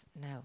No